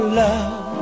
love